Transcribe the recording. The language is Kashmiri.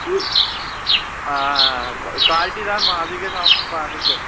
بیٚیہِ آ کالِٹی دار مازٕے گژھِ آسُن باقٕے کیٛاہ چھُ